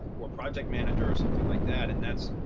or project manager or something like that. and that's,